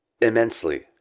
Immensely